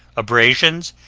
abrasions,